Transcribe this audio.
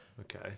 okay